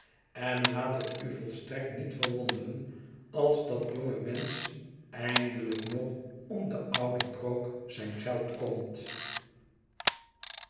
en laat het u volstrekt niet verwonderen als dat jonge mensch eindelijk nog om den ouden krook zijn geld komt